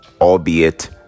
albeit